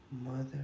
Mother